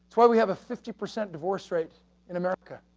why we have a fifty percent divorce rate in america,